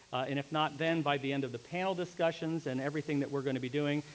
and if not then, by the end of the panel discussions and everything that we're going to be doing,